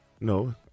No